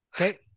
Okay